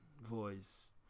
voice